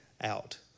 out